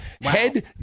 Head